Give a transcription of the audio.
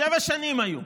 שבע שנים היו,